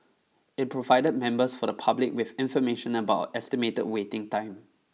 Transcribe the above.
it provided members of the public with information about an estimated waiting time